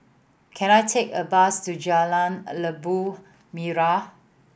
can I take a bus to Jalan Labu Merah